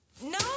No